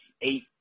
eight